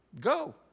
Go